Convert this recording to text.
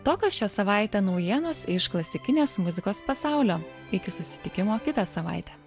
tokios šią savaitę naujienos iš klasikinės muzikos pasaulio iki susitikimo kitą savaitę